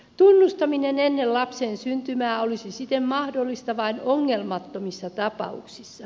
tunnustaminen ennen lapsen syntymää olisi siten mahdollista vain ongelmattomissa tapauksissa